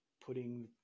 putting –